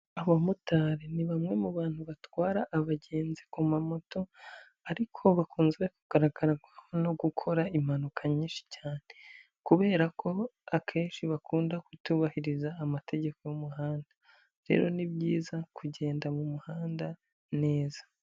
Abamotari ni bamwe mu bantu batwara abagenzi ku mamoto ariko bakunze kugaragararwaho no gukora impanuka nyinshi cyane kubera ko akenshi bakunda kutubahiriza amategeko y'umuhanda, rero ni byiza kugenda mu muhanda neza.